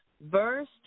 verse